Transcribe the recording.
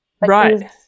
right